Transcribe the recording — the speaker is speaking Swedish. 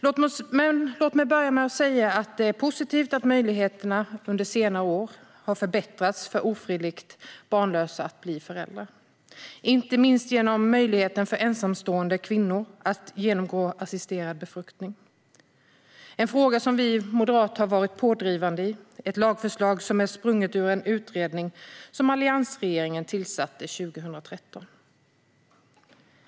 Låt mig börja med att säga att det är positivt att möjligheterna under senare år har förbättrats för ofrivilligt barnlösa att bli föräldrar. Det gäller inte minst genom möjligheten för ensamstående kvinnor att genomgå assisterad befruktning. Det är en fråga som vi moderater varit pådrivande i. Det är ett lagförslag som är sprunget ur en utredning som alliansregeringen tillsatte 2013.